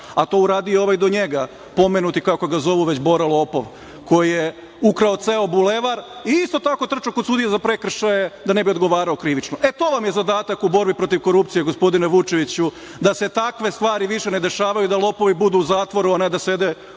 a to je uradio ovaj do njega, pomenuti, kako ga zovu već, „Bora lopov“, koji je ukrao ceo bulevar i isto tako trčao kod sudije za prekršaje da ne bi odgovarao krivično. To vam je zadatak u borbi protiv korupcije, gospodine Vučeviću, da se takve stvari više ne dešavaju, da lopovi budu u zatvoru a ne da sede u